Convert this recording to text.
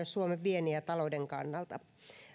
suomen viennin ja talouden kannalta